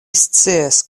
scias